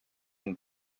and